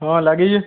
ହଁ ଲାଗିଛେ